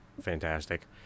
fantastic